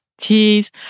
Cheese